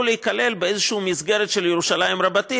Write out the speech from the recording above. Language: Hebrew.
להיכלל באיזושהי מסגרת של ירושלים רבתי,